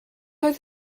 oedd